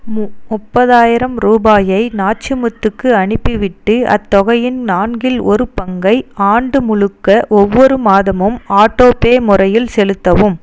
மு முப்பதாயிரம் ரூபாயை நாச்சிமுத்துவுக்கு அனுப்பிவிட்டு அத்தொகையின் நான்கில் ஒரு பங்கை ஆண்டு முழுக்க ஒவ்வொரு மாதமும் ஆட்டோ பே முறையில் செலுத்தவும்